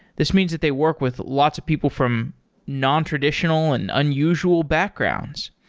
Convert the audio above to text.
this means that they work with lots of people from nontraditional and unusual backgrounds.